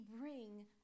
bring